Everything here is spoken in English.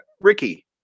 Ricky